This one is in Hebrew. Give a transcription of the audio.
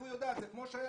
איפה היא יודעת?